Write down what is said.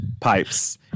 pipes